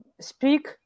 speak